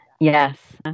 Yes